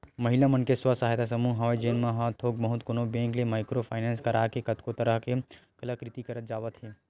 महिला मन के स्व सहायता समूह हवय जेन मन ह थोक बहुत कोनो बेंक ले माइक्रो फायनेंस करा के कतको तरह ले कलाकृति करत जावत हे